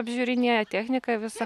apžiūrinėja techniką visą